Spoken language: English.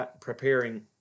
preparing